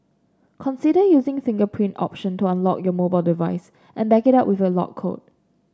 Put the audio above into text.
consider using fingerprint option to unlock your mobile device and back it up with a lock code